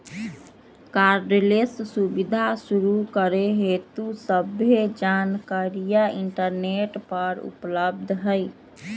cardless सुबीधा शुरू करे हेतु सभ्भे जानकारीया इंटरनेट पर उपलब्ध हई